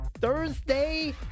Thursday